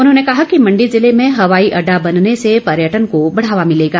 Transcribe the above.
उन्होंने कहा कि मंडी जिले में हवाई अड्डा बनने से पर्यटन को बढ़ावा मिलेगा